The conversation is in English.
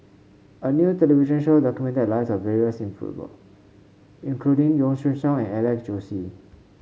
a new television show documented the lives of various people including Yong Shu Hoong and Alex Josey